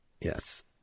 Yes